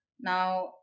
Now